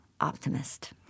optimist